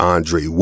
Andre